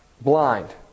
blind